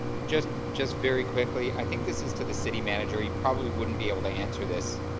just just very quickly, i think this is to the city manager, you probably wouldn't be able to answer this,